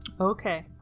Okay